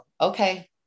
Okay